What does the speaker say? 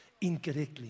incorrectly